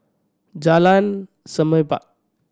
Jalan Semerbak